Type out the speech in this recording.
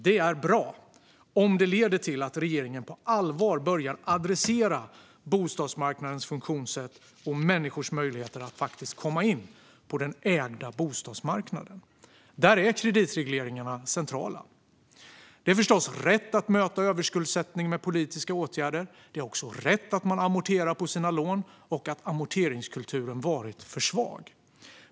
Detta är bra, om det leder till att regeringen på allvar börjar adressera bostadsmarknadens funktionssätt och människors möjligheter att komma in på den ägda bostadsmarknaden. Där är kreditregleringarna centrala. Det är rätt att möta överskuldsättning med politiska åtgärder. Det är också rätt att amortera på sina lån och att amorteringskulturen varit för svag.